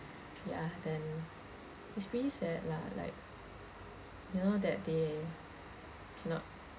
ya then it's pretty sad lah like you know that they cannot